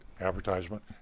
advertisement